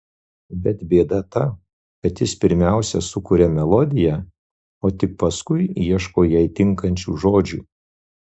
bet bėda ta kad jis pirmiausia sukuria melodiją o tik paskui ieško jai tinkančių žodžių